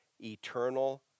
eternal